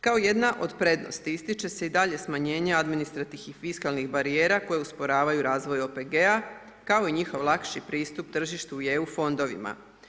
Kao jedna od prednosti ističe se i dalje smanjenje administrativnih i fiskalnih barijera koje usporavaju razvoj OPG-a, kao i njihov lakši pristup tržištu i EU fondovima.